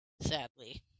sadly